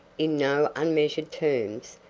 in no unmeasured terms,